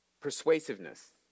Persuasiveness